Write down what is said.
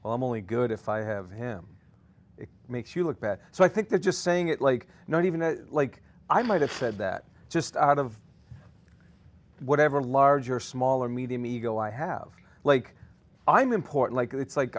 well mostly good if i have him it makes you look bad so i think that just saying it like not even like i might have said that just out of whatever large or small or medium ego i have like i'm important like it's like